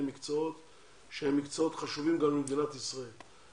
מקצועות שהם מקצועות חשובים גם למדינת ישראל.